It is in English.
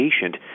patient